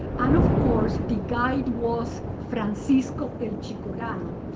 and, of course, the guide was franciso el chicorano.